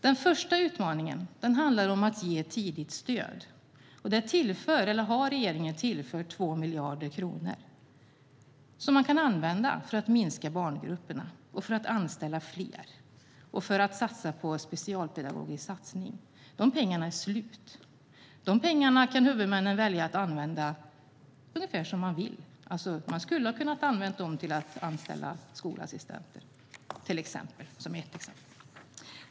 Den första utmaningen handlar om att ge tidigt stöd, och där har regeringen tillfört 2 miljarder kronor som kan användas för att minska barngrupperna och för att anställa fler, för att göra en specialpedagogisk satsning. Dessa pengar är slut, och huvudmännen kan använda dem ungefär som de vill. Man skulle ha kunnat använda dem för att anställa till exempel skolassistenter.